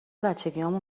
بچگیهامون